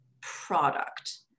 product